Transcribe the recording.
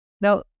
Now